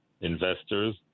investors